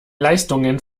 leistungen